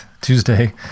Tuesday